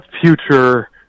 future